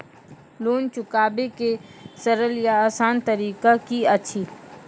Loan चुकाबै के सरल या आसान तरीका की अछि?